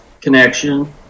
connection